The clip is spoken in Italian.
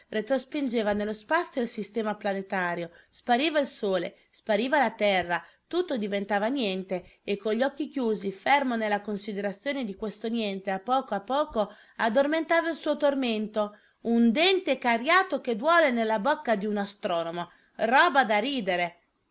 ebbene senz'altro retrospingeva nello spazio il sistema planetario spariva il sole spariva la terra tutto diventava niente e con gli occhi chiusi fermo nella considerazione di questo niente a poco a poco addormentava il suo tormento un dente cariato che duole nella bocca di un astronomo roba da ridere